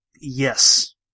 Yes